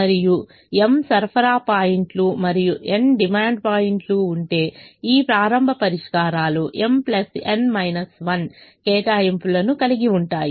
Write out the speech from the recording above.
మరియు m సరఫరా పాయింట్లు మరియు n డిమాండ్ పాయింట్లు ఉంటే ఈ ప్రారంభ పరిష్కారాలు m n 1 కేటాయింపులను కలిగి ఉంటాయి